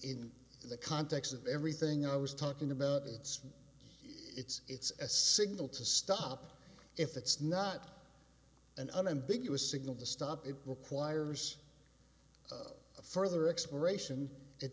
in the context of everything i was talking about it's it's it's a signal to stop if it's not an unambiguous signal to stop it requires further exploration it